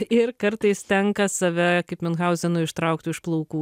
ir kartais tenka save kaip miunhauzenui ištraukti už plaukų